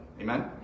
Amen